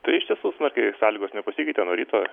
tai iš tiesų smarkiai sąlygos nepasikeitė nuo ryto